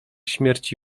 śmierci